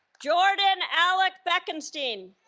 jordan alec bekenstein